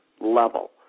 level